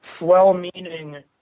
well-meaning